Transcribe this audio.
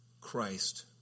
Christ